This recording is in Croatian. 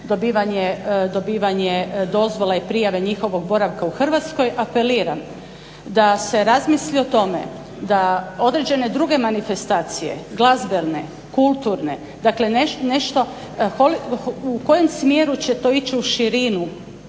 dobivanje dozvole i prijave njihovog boravka u Hrvatskoj. Apeliram da se razmisli o tome da određene druge manifestacije, glazbene, kulturne, dakle nešto u kojem smjeru će to ići u širinu